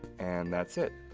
and that's it!